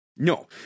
No